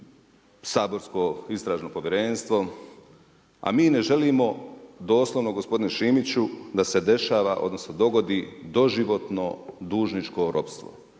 saborsko istražno povjerenstvo, a mi ne želimo doslovno gospodine Šimiću, da se dešava odnosno dogodi doživotno dužničko ropstvo.